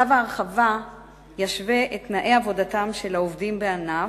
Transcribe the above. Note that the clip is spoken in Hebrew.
צו ההרחבה ישווה את תנאי עבודתם של העובדים בענף,